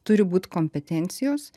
turi būt kompetencijos